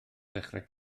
ddechrau